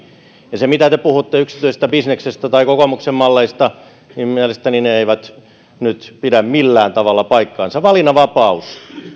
ja se mitä te puhutte yksityisestä bisneksestä tai kokoomuksen malleista mielestäni ei nyt pidä millään tavalla paikkaansa valinnanvapaus